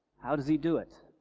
how does he do it?